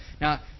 Now